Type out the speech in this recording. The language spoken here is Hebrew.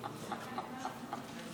דקות.